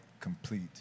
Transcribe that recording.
complete